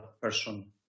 person